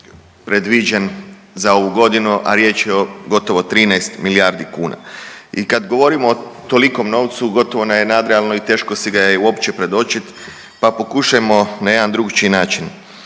predviđen za ovu godinu, a riječ je o gotovo 13 milijardi kuna. I kad govorimo o tolikom novcu gotovo da je nadrealno i teško si ga je uopće predočit pa pokušajmo na jedan drukčiji način.